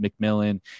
McMillan